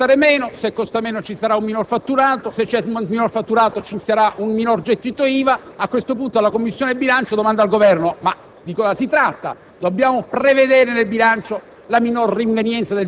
Il telefono deve costare meno, se costa meno ci sarà un minor fatturato, se c'è un minor fatturato ci sarà un minor gettito IVA. E allora la Commissione bilancio domanda al Governo: di cosa si tratta? Dobbiamo prevedere nel bilancio